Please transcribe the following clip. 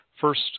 first